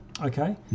Okay